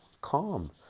Calm